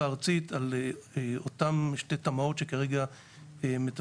הארצית על אותן שתי תמ"אות שרגע מטפלים,